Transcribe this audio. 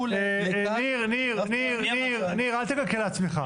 ניר, ניר, אל תקלקל לעצמך.